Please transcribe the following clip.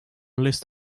list